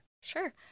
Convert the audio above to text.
Sure